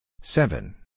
seven